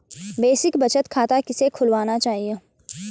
Basic बचत खाता किसे खुलवाना चाहिए?